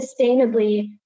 sustainably